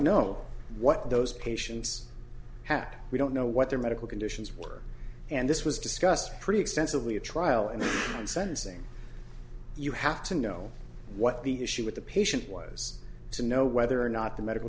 know what those patients had we don't know what their medical conditions were and this was discussed pretty extensively a trial and sentencing you have to know what the issue with the patient was to know whether or not the medical